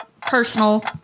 personal